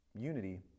Unity